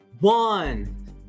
One